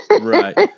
Right